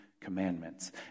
commandments